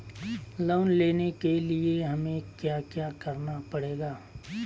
Loan लेने के लिए हमें क्या क्या करना पड़ेगा?